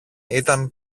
ήταν